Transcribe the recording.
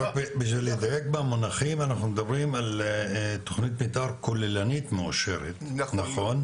בשביל לדייק במונחים אנחנו מדברים על תוכנית מתאר כוללנית מאושרת נכון?